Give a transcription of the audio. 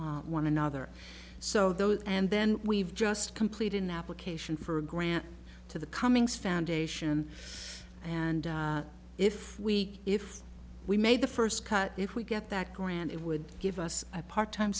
support one another so those and then we've just completed an application for a grant to the cummings foundation and if we if we made the first cut if we get that grant it would give us a part time